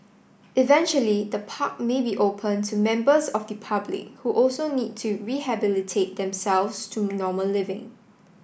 eventually the park may be open to members of the public who also need to rehabilitate themselves to normal living